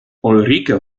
ulrike